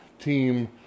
Team